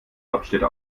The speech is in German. hauptstädte